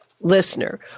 listener